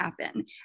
happen